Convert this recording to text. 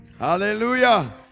Hallelujah